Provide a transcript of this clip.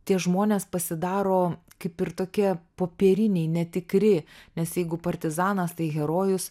tie žmonės pasidaro kaip ir tokie popieriniai netikri nes jeigu partizanas tai herojus